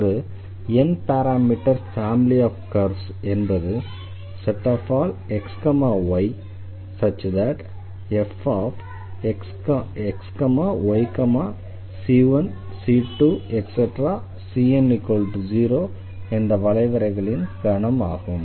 ஒரு n parameter family of curves என்பது xyfxyc1c2cn0என்ற வளைவரைகளின் கணம் ஆகும்